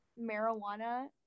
marijuana